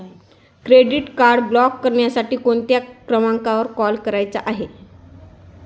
Credit card block करण्यासाठी कोणत्या क्रमांकावर कॉल करायचा आहे?